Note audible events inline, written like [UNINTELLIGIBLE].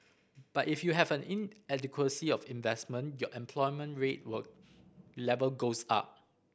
but if you have an inadequacy of investment your unemployment [UNINTELLIGIBLE] were level goes up